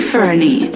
Fernie